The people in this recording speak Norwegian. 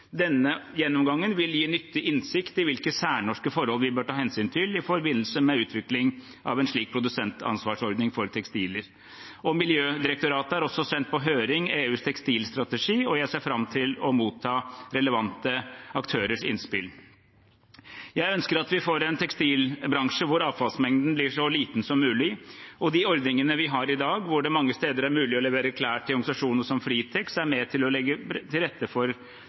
Denne gjennomgangen vil gi nyttig innsikt i hvilke særnorske forhold vi bør ta hensyn til i forbindelse med utvikling av en slik produsentansvarsordning for tekstiler. Miljødirektoratet har også sendt på høring EUs tekstilstrategi, og jeg ser fram til å motta relevante aktørers innspill. Jeg ønsker at vi får en tekstilbransje hvor avfallsmengden blir så liten som mulig. De ordningene vi har hvor det mange steder er mulig å levere klær til organisasjoner som Fretex, er med på å legge til rette for